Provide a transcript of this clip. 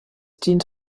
dient